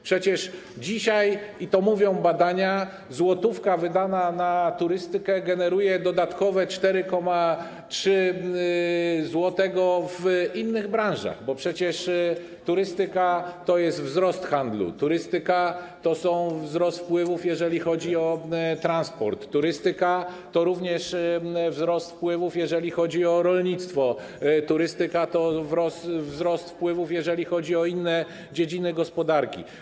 Przecież dzisiaj, i to mówią badania, złotówka wydana na turystykę generuje dodatkowe 4,3 zł w innych branżach, bo przecież turystyka to jest wzrost handlu, turystyka to jest wzrost wpływów, jeżeli chodzi o transport, turystyka to również wzrost wpływów, jeżeli chodzi o rolnictwo, turystyka to wzrost wpływów, jeżeli chodzi o inne dziedziny gospodarki.